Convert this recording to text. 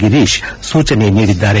ಗಿರೀಶ್ ಸೂಚನೆ ನೀಡಿದ್ದಾರೆ